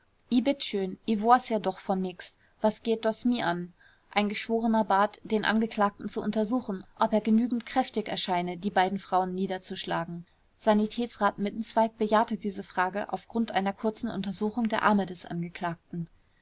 bitt schön i woaß ja doch von nix was geht doas mi an ein geschworener bat den angeklagten zu untersuchen ob er genügend kräftig erscheine die beiden frauen niederzuschlagen sanitätsrat mittenzweig bejahte diese frage auf grund einer kurzen untersuchung der arme des angeklagten